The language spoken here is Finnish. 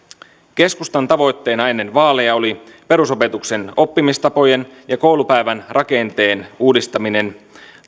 keskustan tavoitteena ennen vaaleja oli perusopetuksen oppimistapojen ja koulupäivän rakenteen uudistaminen